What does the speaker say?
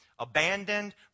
abandoned